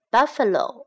Buffalo